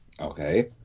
Okay